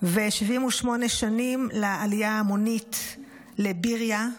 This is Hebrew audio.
ו-78 שנים לעלייה ההמונית לביריה,